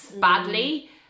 badly